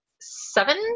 seven